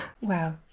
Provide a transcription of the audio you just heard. Wow